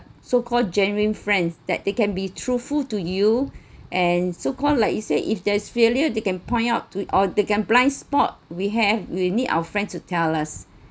so called genuine friends that they can be truthful to you and so called like you say if there's failure they can point out to or they can blind spot we have we need our friends to tell us